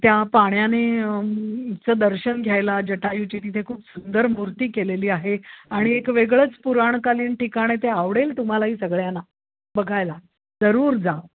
त्या पाण्याने चं दर्शन घ्यायला जटायूची तिथे खूप सुंदर मूर्ती केलेली आहे आणि एक वेगळंच पुराणकालीन ठिकाण आहे ते आवडेल तुम्हालाही सगळ्यांना बघायला जरूर जा